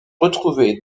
retrouvé